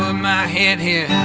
ah my head here